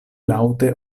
laŭte